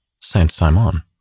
Saint-Simon